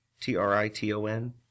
T-R-I-T-O-N